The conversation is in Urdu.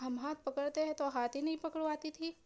ہم ہاتھ پکڑتے ہیں تو ہاتھ ہی نہیں پکڑواتی تھی